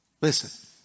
Listen